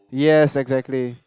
yes exactly